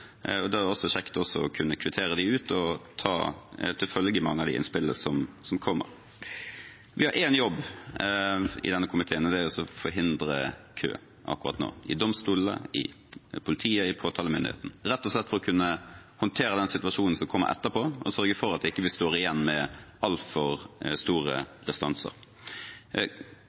og da er det kjekt også å kunne kvittere dem ut og ta til følge mange av de innspillene som har kommet. Vi har én jobb i denne komiteen, og det er å forhindre kø akkurat nå, i domstolene, i politiet, i påtalemyndigheten, rett og slett for å kunne håndtere den situasjonen som kommer etterpå, og sørge for at vi ikke står igjen med altfor store restanser.